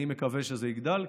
אני מקווה שזה יגדל,